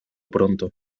pronto